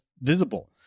visible